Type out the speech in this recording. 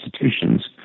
institutions